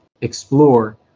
explore